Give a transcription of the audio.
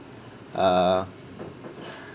uh